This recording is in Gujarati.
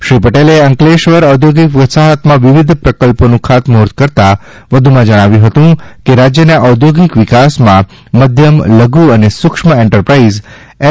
શ્રી નીતીન પટેલે અંકલેશ્વર ઔધોગિક વસાહતમાં વિવિધ પ્રકલ્પોનું ખાતમુહુર્ત કરતા વધુમાં જણાવ્યું હતું કે રાજ્યના ઔદ્યોગિક વિકાસમાં મધ્યમ લધુ અને સુક્ષ્મ એન્ટરપ્રાઈઝ એમ